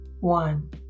One